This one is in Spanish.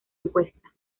encuesta